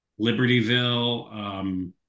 Libertyville